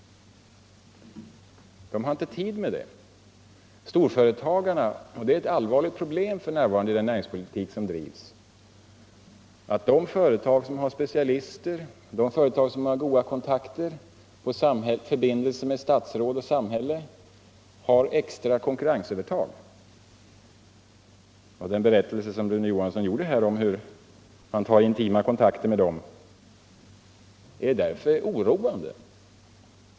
De har inte tid med det. Ett allvarligt problem i den näringspolitik som drivs är att de företag som har specialister, som har goda kontakter och som har förbindelser med statsråd och samhälle har ett extra konkurrensövertag. Rune Johanssons berättelse att han har intima kontakter med dem är därför oroande.